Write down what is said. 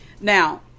Now